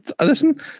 listen